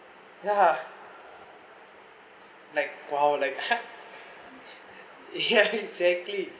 ya like !wow! like ya exactly